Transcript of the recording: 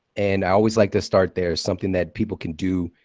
and i always like to start there. something that people can do